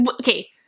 Okay